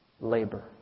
labor